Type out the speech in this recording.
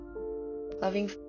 Loving